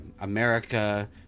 America